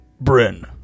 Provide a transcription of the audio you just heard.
Bryn